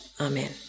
Amen